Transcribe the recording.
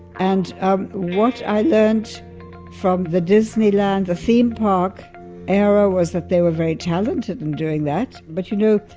and um what i learned from the disneyland, the theme park era, was that they were very talented in doing that. but you know,